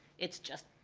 it's just,